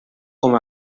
com